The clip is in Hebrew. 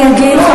אני אגיד.